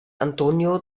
antonio